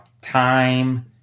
Time